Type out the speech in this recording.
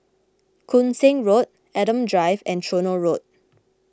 Koon Seng Road Adam Drive and Tronoh Road